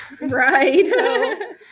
right